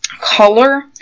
color